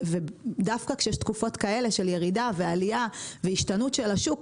דווקא כשיש תקופות כאלה של ירידה ועלייה והשתנות של השוק,